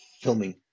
filming